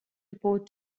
report